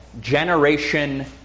Generation